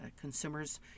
consumers